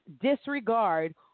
disregard